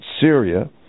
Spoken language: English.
Syria